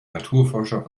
naturforscher